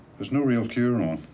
there's no real cure. um